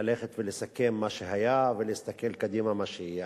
ללכת ולסכם את מה שהיה ולהסתכל קדימה על מה שיהיה.